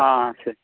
ആ ശരി